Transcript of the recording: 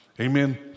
Amen